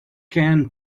can